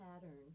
pattern